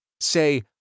Say